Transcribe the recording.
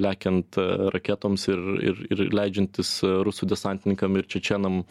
lekiant raketoms ir ir ir leidžiantis rusų desantininkam ir čečėnam